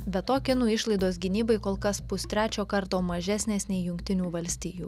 be to kinų išlaidos gynybai kol kas pustrečio karto mažesnės nei jungtinių valstijų